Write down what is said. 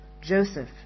Joseph